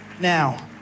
Now